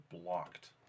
blocked